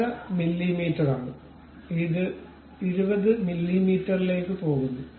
5 മില്ലീമീറ്ററാണ് ഇത് 20 മില്ലീമീറ്ററിലേക്ക് പോകുന്നു